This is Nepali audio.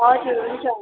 हजुर हुन्छ